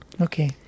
Okay